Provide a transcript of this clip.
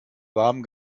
warmen